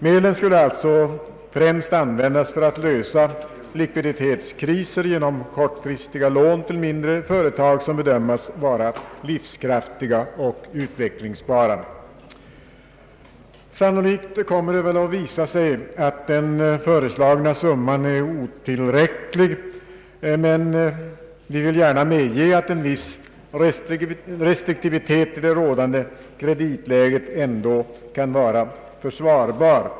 Medlen skulle sålunda främst användas för att lösa likviditetskriser genom kortfristiga lån till mindre företag som bedöms vara livskraftiga och utvecklingsbara. Sannolikt kommer det att visa sig att den föreslagna summan är otillräcklig, men vi vill gärna medge att en viss restriktivitet i det rådande kreditläget ändå kan vara försvarbar.